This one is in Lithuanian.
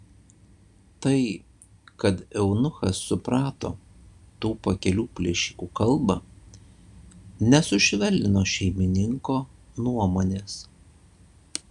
tai kad eunuchas suprato tų pakelių plėšikų kalbą nesušvelnino šeimininko nuomonės